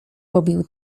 pobił